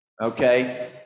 okay